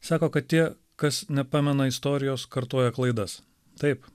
sako kad tie kas nepamena istorijos kartoja klaidas taip